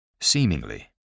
Seemingly